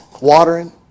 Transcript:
watering